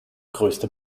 größte